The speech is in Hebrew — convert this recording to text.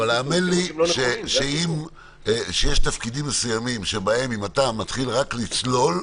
אבל האמן לי שיש תפקידים מסוימים שבהם אם אתה מתחיל רק לצלול,